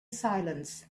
silence